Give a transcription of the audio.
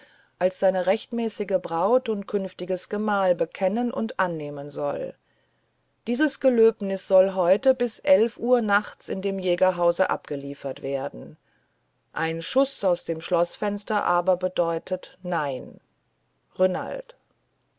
als seine rechtmäßige braut und künftiges gemahl bekennen und annehmen soll dieses gelöbnis soll heute bis elf uhr nachts in dem jägerhause abgeliefert werden ein schuß aus dem schloßfenster aber bedeutet nein renald